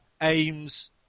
aims